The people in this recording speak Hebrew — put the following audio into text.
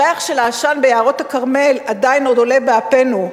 הריח של העשן ביערות הכרמל עדיין עולה באפנו,